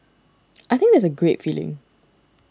I think that's a great feeling